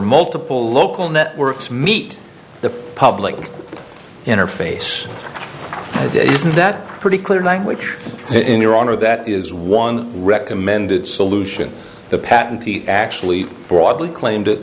multiple local networks meet the public interface isn't that pretty clear language in your honor that is one recommended solution the patentee actually broadly claimed